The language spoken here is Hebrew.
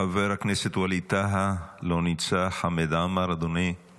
חבר הכנסת ווליד טאהא, לא נמצא, חמד עמאר, אדוני?